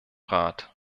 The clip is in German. rat